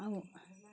আৰু